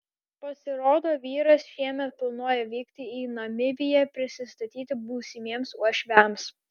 pasirodo vyras šiemet planuoja vykti į namibiją prisistatyti būsimiems uošviams